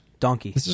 Donkey